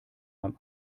beim